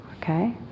okay